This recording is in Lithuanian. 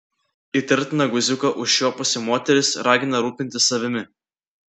įtartiną guziuką užčiuopusi moteris ragina rūpintis savimi